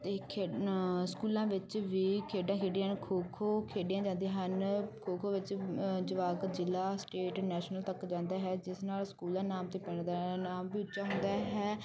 ਦੇਖ ਖੇਡਣਾ ਸਕੂਲਾਂ ਵਿੱਚ ਵੀ ਖੇਡਾਂ ਖੇਡੀਆਂ ਨੂੰ ਖੋ ਖੋ ਖੇਡੀਆਂ ਜਾਂਦੀਆਂ ਹਨ ਖੋ ਖੋ ਵਿੱਚ ਜਵਾਕ ਜ਼ਿਲ੍ਹਾ ਸਟੇਟ ਨੈਸ਼ਨਲ ਤੱਕ ਜਾਂਦਾ ਹੈ ਜਿਸ ਨਾਲ ਸਕੂਲ ਦਾ ਨਾਮ ਅਤੇ ਪਿੰਡ ਦਾ ਨਾਮ ਵੀ ਉੱਚਾ ਹੁੰਦਾ ਹੈ